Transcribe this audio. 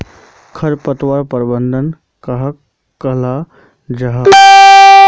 खरपतवार प्रबंधन कहाक कहाल जाहा जाहा?